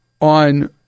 on